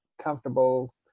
comfortable